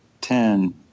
ten